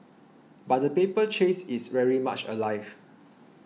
but the paper chase is very much alive